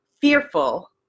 fearful